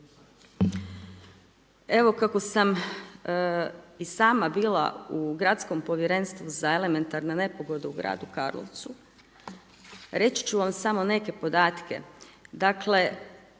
Evo kako sam i sama bila u gradskom povjerenstvu za elementarne nepogode u gradu Karlovcu, reći ću vam samo neke podatke, dakle,